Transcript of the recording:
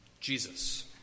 Jesus